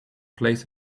plays